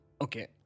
Okay